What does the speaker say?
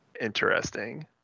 interesting